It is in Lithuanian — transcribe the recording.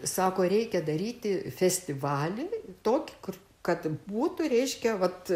sako reikia daryti festivalį tokį kur kad būtų reiškia vat